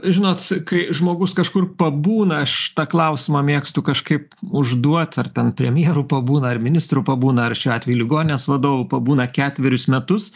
žinot kai žmogus kažkur pabūna aš tą klausimą mėgstu kažkaip užduot ar ten premjeru pabūna ar ministru pabūna ar šiuo atveju ligoninės vadovu pabūna ketverius metus